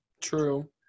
True